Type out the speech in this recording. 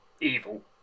evil